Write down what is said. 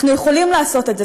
אנחנו יכולים לעשות את זה.